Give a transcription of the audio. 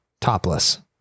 topless